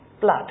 Blood